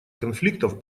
конфликтов